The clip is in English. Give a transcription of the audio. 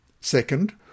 Second